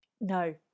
No